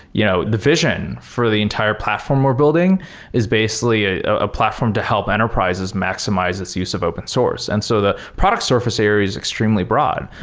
you know the vision for the entire platform we're building is basically a platform to help enterprises maximize its use of open source. and so the product surface area is extremely broad.